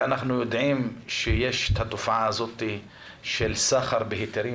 אנחנו יודעים שיש את התופעה של סחר בהיתרים.